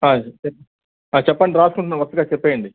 చెప్పండి రాసుకుంటున్నాను వరుసగా చెప్పండి